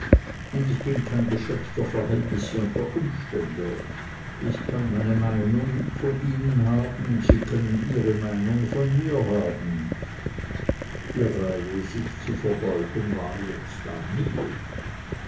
und ich bin kein geschöpf der verhältnisse und den umständen ich kann meine meinung von ihnen haben sie können ihre meinung von mir haben die reihe sich zu verbeugen war jetzt an mir